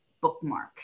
bookmark